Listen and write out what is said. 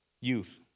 youth